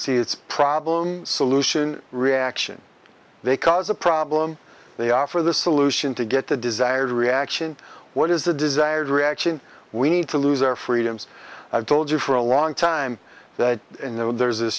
see it's problem solution reaction they cause a problem they offer the solution to get the desired reaction what is the desired reaction we need to lose our freedoms i've told you for a long time that in though there's this